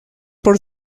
por